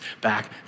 back